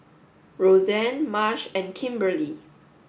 Roseann Marsh and Kimberli